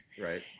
Right